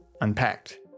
unpacked